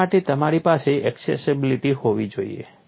તે માટે તમારી પાસે એક્સેસિબિલીટી હોવી જોઈએ